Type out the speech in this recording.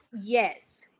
Yes